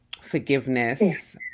forgiveness